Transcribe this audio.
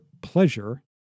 pleasure